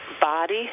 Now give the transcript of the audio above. Body